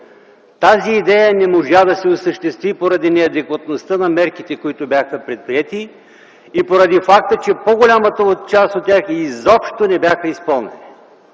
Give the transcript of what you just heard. Тази идея не можа да се осъществи, поради неадекватността на мерките, които бяха предприети и поради факта, че по-голямата част от тях изобщо не бяха изпълнени.